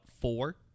four